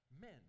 men